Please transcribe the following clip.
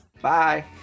Bye